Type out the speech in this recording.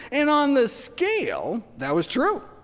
and on the scale that was true.